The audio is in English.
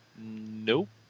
Nope